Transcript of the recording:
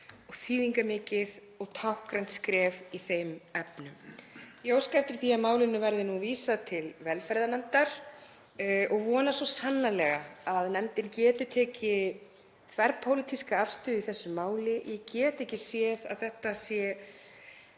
þýðingarmikið og táknrænt skref í þeim efnum. Ég óska eftir því að málinu verði vísað til velferðarnefndar og vona svo sannarlega að nefndin geti tekið þverpólitíska afstöðu í þessu máli. Ég get ekki séð að þetta sé